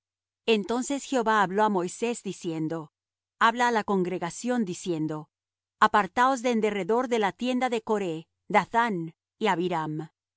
entonces jehová habló á moisés diciendo habla á la congregación diciendo apartaos de en derredor de la tienda de coré dathán y